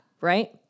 right